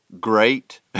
great